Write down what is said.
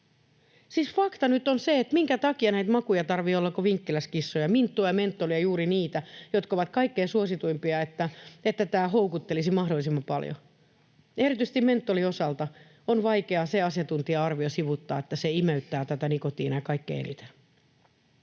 nyt on se, minkä takia näitä makuja tarvitsee olla kuin Vilkkilässä kissoja — minttua ja mentolia, juuri niitä, jotka ovat kaikkein suosituimpia: että tämä houkuttelisi mahdollisimman paljon. Erityisesti mentolin osalta on vaikeaa se asiantuntija-arvio sivuuttaa, että se imeyttää nikotiinia kaikkein eniten.